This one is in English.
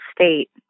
state